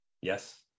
yes